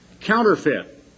counterfeit